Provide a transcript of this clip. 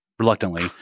reluctantly